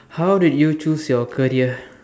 how did you choose your career